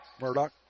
Murdoch